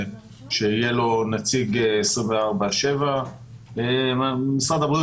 שיהיה לו נציג 24/7. משרד הבריאות